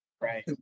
Right